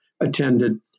attended